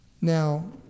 Now